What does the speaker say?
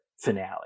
finale